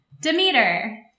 Demeter